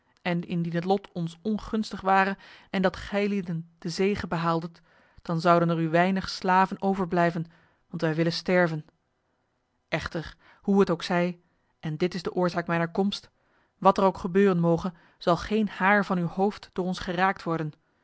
en indien het lot ons ongunstig ware en dat gij lieden de zege behaaldet dan zouden er u weinig slaven overblijven want wij willen sterven echter hoe het ook zij en dit is de oorzaak mijner komst wat er ook gebeuren moge zal geen haar van uw hoofd door ons geraakt worden